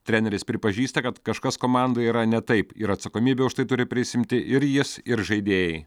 treneris pripažįsta kad kažkas komandai yra ne taip ir atsakomybę už tai turi prisiimti ir jis ir žaidėjai